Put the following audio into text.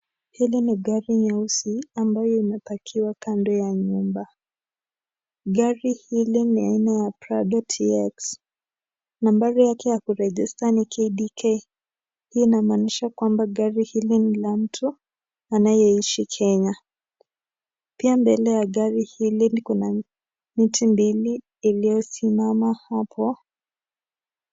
Hili ni gari nyeusi ambayo imepakiwa kando ya nyumba. Gari hili ni aina ya prado TX nambari yake ya ku register ni K hiyo inamaanisha kwamba hili gari ni la mtu anaishi kenya. Pia mbele ya gari hili kuna miti mbili iliyosimama hapo.